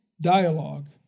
dialogue